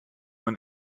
man